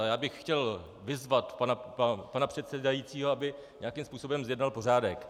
Já bych chtěl vyzvat pana předsedajícího, aby nějakým způsobem zjednal pořádek.